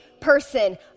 person